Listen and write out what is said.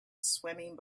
swimming